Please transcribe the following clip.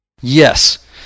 Yes